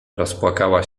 rozpłakała